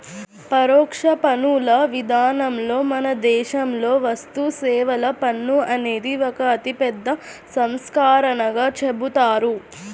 పరోక్ష పన్నుల విధానంలో మన దేశంలో వస్తుసేవల పన్ను అనేది ఒక అతిపెద్ద సంస్కరణగా చెబుతారు